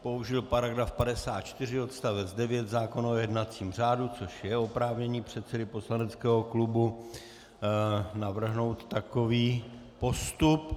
Použil § 54 odst. 9 zákona o jednacím řádu, což je oprávnění předsedy poslaneckého klubu navrhnout takový postup.